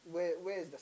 where where is the